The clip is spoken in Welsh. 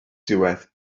diwedd